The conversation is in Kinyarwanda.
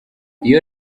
iyo